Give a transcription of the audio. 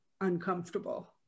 uncomfortable